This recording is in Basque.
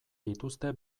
dituzte